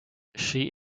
she